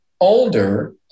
older